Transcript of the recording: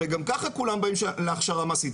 הרי גם ככה כולם באים להכשרה מעשית,